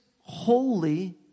holy